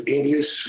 English